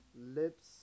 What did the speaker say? Lip's